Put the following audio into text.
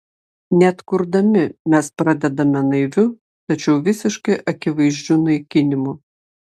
net kurdami mes pradedame naiviu tačiau visiškai akivaizdžiu naikinimu